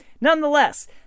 nonetheless